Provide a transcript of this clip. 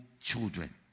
children